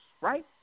right